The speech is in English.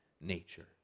nature